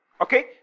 Okay